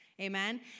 Amen